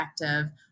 effective